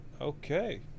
Okay